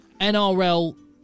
NRL